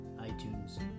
iTunes